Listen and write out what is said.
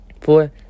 Four